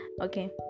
okay